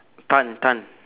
tan tan